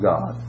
God